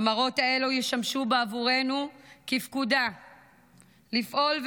המראות האלו ישמשו בעבורנו כפקודה לפעול,